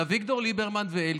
אביגדור ליברמן ואלקין.